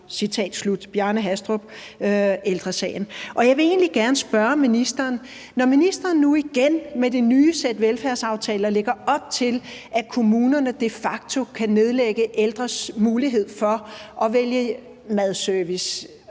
derude bedre for de ældre.« Jeg vil egentlig gerne spørge ministeren: Når ministeren nu igen med det nye sæt velfærdsaftaler lægger op til, at kommunerne de facto kan nedlægge ældres mulighed for at vælge madservice,